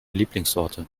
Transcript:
lieblingssorte